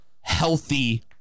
healthy